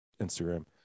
instagram